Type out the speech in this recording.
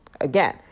again